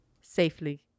Safely